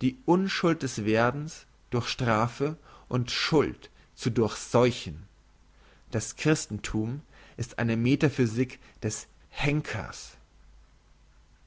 die unschuld des werdens durch strafe und schuld zu durchseuchen das christenthum ist eine metaphysik des henkers